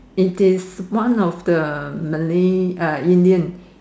it is one of the Malay uh Indian